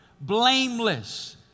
blameless